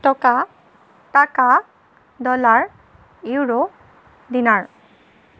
টকা টাকা dollar euro dinner